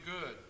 good